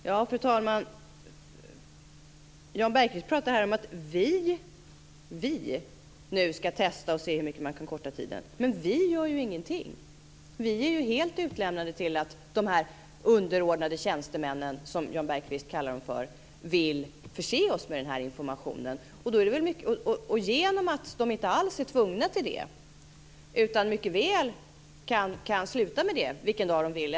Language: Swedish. Fru talman! Jan Bergqvist pratar om att "vi" nu ska testa och se hur mycket man kan korta tiden. Men "vi" gör ju ingenting. "Vi" är ju helt utelämnade till att de underordnade tjänstemännen, som Jan Bergqvist kallar dem, vill förse oss med den här informationen. De är inte alls tvingade till det utan kan mycket väl sluta vilken dag de vill.